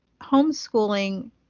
homeschooling